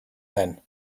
then